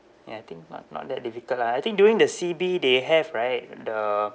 ya I think not not that difficult lah I think during the C_B they have right the